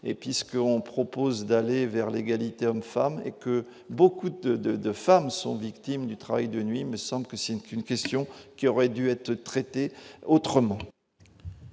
et puisque on propose d'aller vers l'égalité femme et que beaucoup de de de femmes sont victimes du travail de nuit, il me semble que qu'une question qui aurait dû être traité autrement.